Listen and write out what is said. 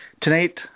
Tonight